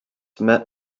met